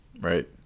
Right